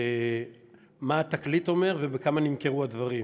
מה "התקליט" אומר ובכמה נמכרו הדברים.